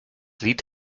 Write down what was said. lied